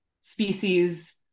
species